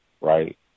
right